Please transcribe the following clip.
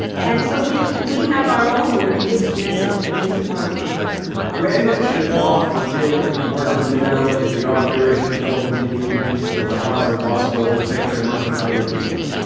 and so we we have our own mixed message that we could learn from here when should law forgive. martha minow is the author. she's former dean of the harvard law school. thanks very much for coming to